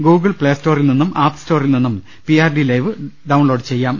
Google പ്ലേസ്റ്റോറിൽ നിന്നും app സ്റ്റോറിൽ നിന്നും P R D live download ചെയ്യാം